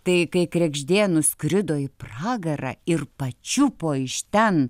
tai kai kregždė nuskrido į pragarą ir pačiupo iš ten